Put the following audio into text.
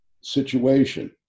situation